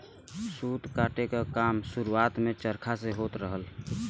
सूत काते क काम शुरुआत में चरखा से होत रहल